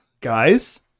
guys